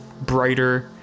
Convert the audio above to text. brighter